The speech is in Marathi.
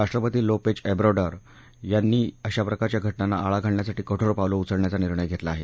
राष्ट्रपती लोपेज ओब्राडोर यांनी अशाप्रकारच्या घऱ्ञांना आळा घालण्यासाठी कठोर पावलं उचलण्याचा निर्णय घेतला आहे